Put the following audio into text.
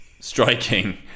Striking